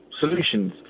solutions